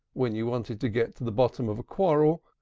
when you wanted to get to the bottom of a quarrel,